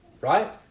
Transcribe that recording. right